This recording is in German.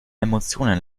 emotionen